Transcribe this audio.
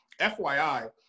FYI